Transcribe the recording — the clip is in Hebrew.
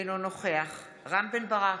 אינו נוכח רם בן ברק,